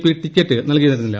P ticket നൽകിയിരുന്നില്ല